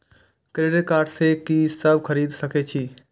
Credit card से की सब खरीद सकें छी?